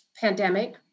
pandemic